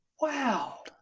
Wow